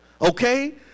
okay